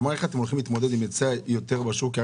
כלומר איך אתם הולכים להתמודד עם היצע יותר גדול בשוק?